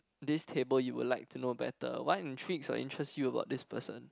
this table you would like to know better what intrigues or interest you about this person